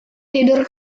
tidur